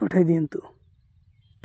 ପଠାଇ ଦିଅନ୍ତୁ